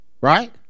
right